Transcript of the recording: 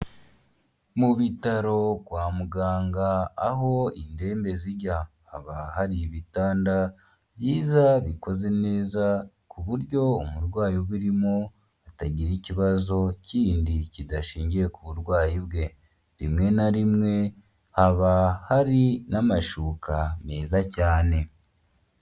Mu bitaro kwa muganga aho indembe zijya, haba hari ibitanda byiza bikoze neza, ku buryo umurwayi ubirimo atagira ikibazo kindi kidashingiye ku burwayi bwe, rimwe na rimwe haba hari n'amashuka meza cyane.